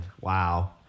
Wow